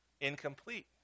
incomplete